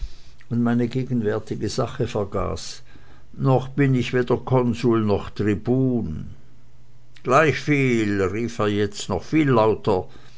und meine gegenwärtige sache vergaß noch bin ich weder konsul noch tribun gleichviel rief er jetzt noch viel lauter